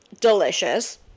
Delicious